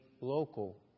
local